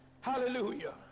Hallelujah